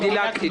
דילגתי?